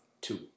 Two